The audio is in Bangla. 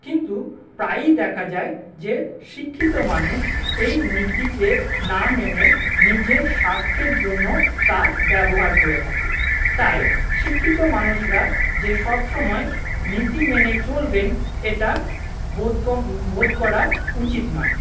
কিন্তু প্রায়ই দেখা যায় যে শিক্ষিত মানুষ এই নীতিকে না মেনে নিজের স্বার্থের জন্য তা ব্যবহার করে থাকে তাই শিক্ষিত মানুষরা যে সবসময় নীতি মেনে চলবেন এটা বোধ বোধ করা উচিত নয়